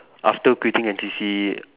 after quitting N_C_C